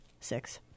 Six